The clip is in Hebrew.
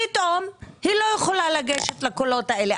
פתאום היא לא יכולה לגשת לקולות האלה.